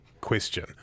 question